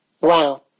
Wow